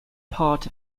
part